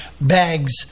bags